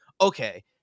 okay